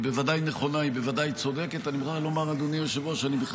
היא בוודאי נכונה, היא בוודאי צודקת.